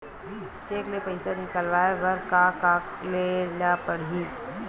Cheque ले पईसा निकलवाय बर का का करे ल पड़हि?